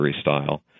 style